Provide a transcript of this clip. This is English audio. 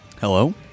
Hello